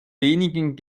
wenigen